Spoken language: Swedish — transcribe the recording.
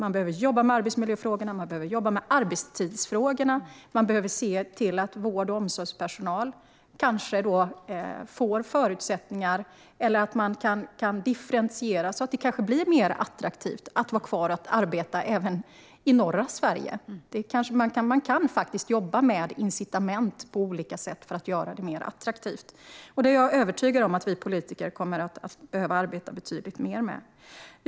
Man behöver jobba med arbetsmiljöfrågor och med arbetstidsfrågor, man behöver se till att vård och omsorgspersonal får förutsättningar och man kan differentiera så att det blir mer attraktivt att vara kvar och arbeta även i norra Sverige. Man kan jobba med incitament på olika sätt för att göra det mer attraktivt. Jag är övertygad om att vi politiker kommer att behöva arbeta betydligt mer med detta.